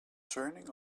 turning